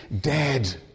dead